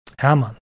Hermann